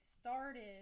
started